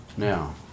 Now